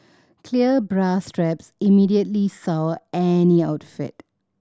clear bra straps immediately sour any outfit